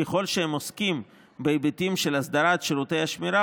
ככל שהם עוסקים בהיבטים של הסדרת שירותי השמירה,